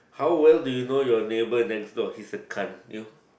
how well do you now your neighbour next door he is a cunt you